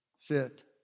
fit